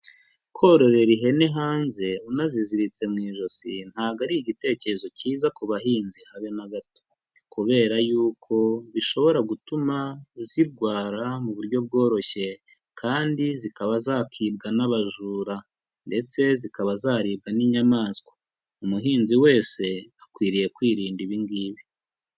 Kororera ihene hanze, unaziziritse mu ijosi ntabwo ari igitekerezo cyiza ku bahinzi habe na gato kubera yuko bishobora gutuma, zirwara mu buryo bworoshye kandi zikaba zakibwa n'abajura ndetse zikaba zaribwa n'inyamaswa. Umuhinzi wese, akwiriye kwirinda ibi ngibi.